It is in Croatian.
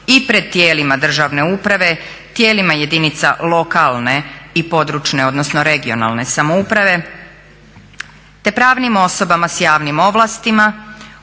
i pred tijelima državne uprave, tijelima jedinica lokalne i područne odnosno regionalne samouprave te pravnim osobama s javnim ovlastima